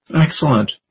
Excellent